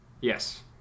Yes